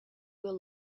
will